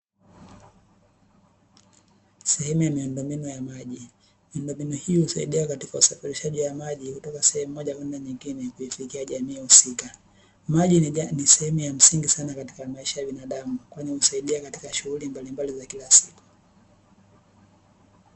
Sehemu ya miundombinu ya maji, Miundombinu hiyo husaidia katika usafirishaji wa maji kutoka sehemu moja kwenda nyingine kuifikia jamii husika. Maji ni sehemu ya msingi sana katika maisha ya binadamu, kwani husaidia katika shughuli mbalimbali za kila siku.